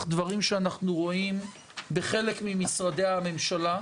דברים שאנחנו רואים בחלק ממשרדי הממשלה,